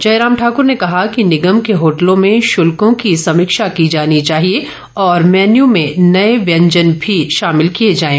जयराम ठाकुर ने कहा कि निगम के होटलों में शुल्कों की समीक्षा की जानी चाहिए और मैन्यू में नए व्यंजन भी शामिल किए जाएं